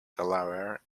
delaware